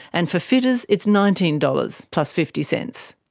and for fitters it's nineteen dollars plus fifty cents.